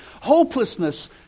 hopelessness